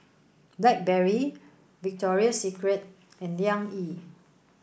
Blackberry Victoria Secret and Liang Yi